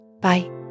Bye